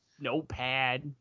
Notepad